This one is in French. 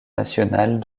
nationales